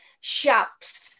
shops